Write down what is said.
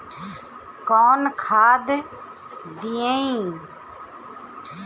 कौन खाद दियई?